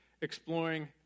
exploring